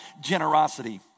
generosity